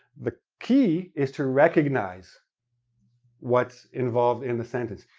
the key is to recognize what's involved in the sentence.